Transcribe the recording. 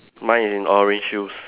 mine is in orange shoes